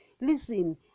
Listen